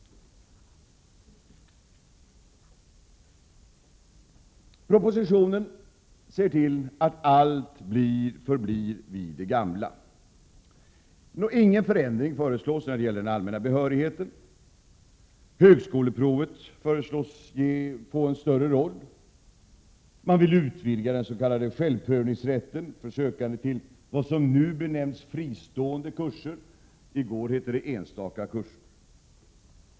Propositionen innebär att allt förblir vid det gamla. Ingen förändring föreslås av den allmänna behörigheten. Högskoleprovet föreslås få en större roll. Man vill utvidga den s.k. självprövningsrätten för sökande till vad som nu benämns fristående kurser — i går hette det enstaka kurser.